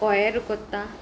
कोयर करता